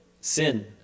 Sin